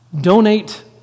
Donate